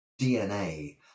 DNA